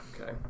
Okay